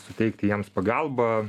suteikti jiems pagalbą